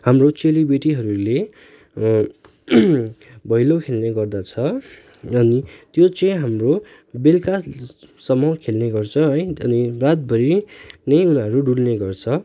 हाम्रो चेली बेटिहरूले भैलो खेल्ने गर्दछ अनि त्यो चाहिँ हाम्रो बेलुकासम्म खेल्ने गर्छ है अनि रातभरि नै उनीहरू डुल्ने गर्छ